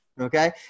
Okay